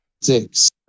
Six